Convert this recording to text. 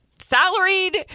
salaried